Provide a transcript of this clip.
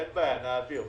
אין בעיה, נעביר.